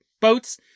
boats